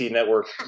Network